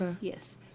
yes